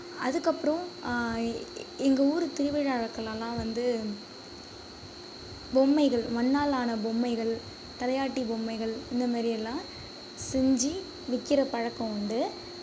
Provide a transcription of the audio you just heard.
அதுக்கப்புறம் எங்கள் ஊரு திருவிழாக்கள்லேலாம் வந்து பொம்மைகள் மண்ணால் ஆன பொம்மைகள் தலையாட்டி பொம்மைகள் இந்த மாதிரி எல்லாம் செஞ்சு விக்கிற பழக்கம் உண்டு